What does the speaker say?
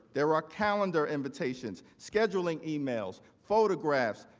there are calendar invitations, scheduling emails, photographs,